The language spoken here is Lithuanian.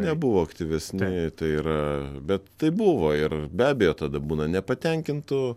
nebuvo aktyvesni tai yra bet tai buvo ir be abejo tada būna nepatenkintų